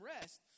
rest